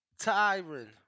Tyron